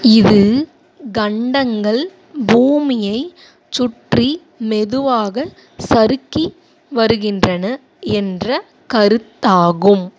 இது கண்டங்கள் பூமியை சுற்றி மெதுவாக சறுக்கி வருகின்றன என்ற கருத்தாகும்